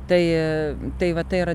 tai tai va tai yra